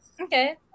Okay